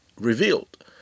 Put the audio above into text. revealed